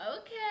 okay